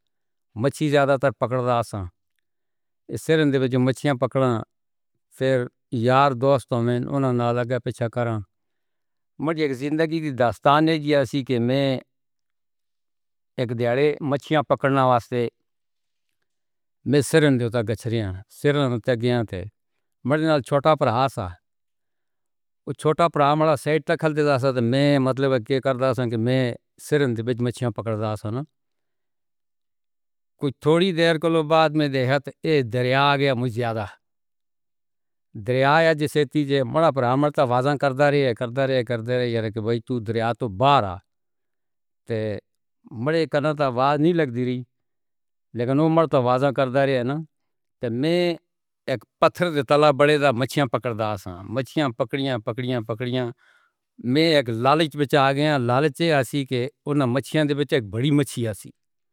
مچھی زیادہ تر پکڑدا سی۔ سرندے وچ مچھیاں پکڑدا۔ پھر یار دوست ہونا نہ لگے پچھا کرو۔ ماں جی زندگی دی داستان نہیں سی۔ کہ میں اک ڈھاڈے مچھیاں پکڑنے واسطے میں سرندے اتھے گُزرا۔ سرندے تگےاں تے ماں دے نال چھوٹا بھرا سی۔ او چھوٹا بھرا مینوں سائیڈ تکھل دے دسدا تے میں مطلب کے کر دسدا۔ کہ میں سرندے وچ مچھیاں پکڑدا سی نا۔ کجھ تھوڑی دیر کولو بعد وچ دیکھدا۔ اے دریا آ گیا مجھے آدا۔ دریاے جیہڑا تیز سی۔ منا بھرا مندا آوازاں کردا رہیا کردا رہیا کردا رہیا لیکن بھئی تو دریا تو باہر آ تے کنا تو آواز نہیں لگ دے رہی لیکن عمر تو آواز کر دے رہی اے نا۔ تو میں اک پتھر تے تلے بڑے دا مچھیاں پکڑدا سی۔ مچھیاں پکڑدا، پکڑدا، پکڑدا۔ میں اک لالچ وچ آ گیا۔ لالچ ہیسی کہ اوں مچھیاں دے وچ اک وڈی مچھی ہاسی۔